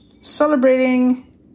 celebrating